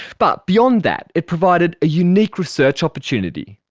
but beyond that it provided a unique research opportunity.